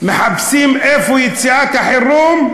מחפשים איפה יציאת החירום,